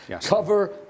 Cover